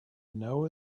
know